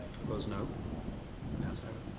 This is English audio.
opposed, no? the ayes have it.